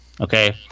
Okay